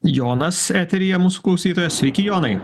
jonas eteryje mūsų klausytojas sveiki jonai